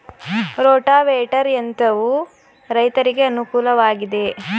Rotavator ಯಂತ್ರವು ರೈತರಿಗೆ ಅನುಕೂಲ ವಾಗಿದೆಯೇ?